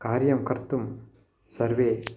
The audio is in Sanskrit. कार्यं कर्तुं सर्वे